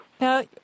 Now